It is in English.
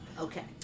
Okay